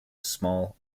small